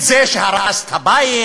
את זה שהרס את הבית,